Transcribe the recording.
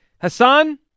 Hassan